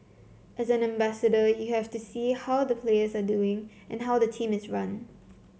as an ambassador you have to see how the players are doing how the team is run